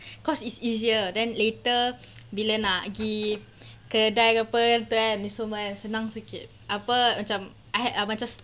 cause it's easier then later bila nak pergi kedai ke apa kan itu semua kan senang sikit apa macam I had macam